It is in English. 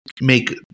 make